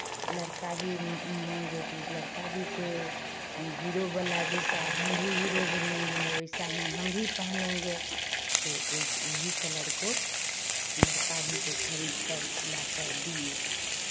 लड़का भी मांगे तो वो लड़का भी को हीरो वाला जैसा हम भी हीरो बनेंगे वैसा ही हम भी पहनेंगे तो वैसा वही कलर को लड़का भी को खरीद कर सिला कर दिये